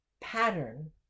pattern